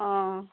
অঁ